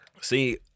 See